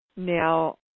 Now